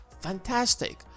fantastic